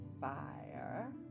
fire